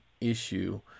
issue